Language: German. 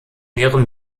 ihren